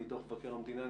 מתוך מבקר המדינה.